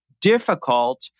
difficult